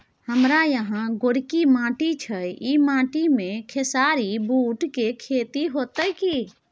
हमारा यहाँ गोरकी माटी छै ई माटी में खेसारी, बूट के खेती हौते की?